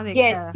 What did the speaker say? yes